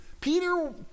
Peter